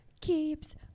keeps